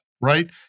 right